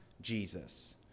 Jesus